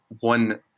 one